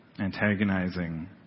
antagonizing